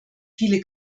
viele